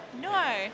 no